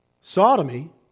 sodomy